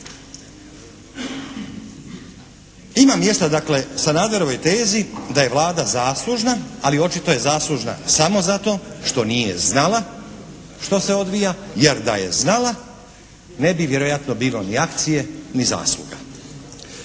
Ima mjesta dakle Sanaderovoj tezi da je Vlada zaslužna ali očito je zaslužna samo zato što nije znala što se odvija, jer da je znala ne bi vjerojatno bilo ni akcije ni zasluga.